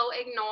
ignore